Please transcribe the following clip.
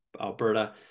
Alberta